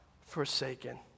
forsaken